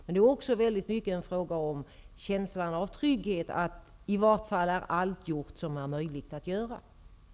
Men det är också frågan om en känsla av trygghet, att i vart fall allt som är möjligt att göra är gjort.